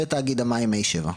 ותאגיד המים מי שבע,